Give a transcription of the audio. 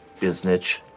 Biznich